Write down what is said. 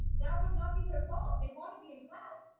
that would not be their fault. they wanna be in class,